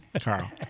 Carl